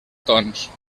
tons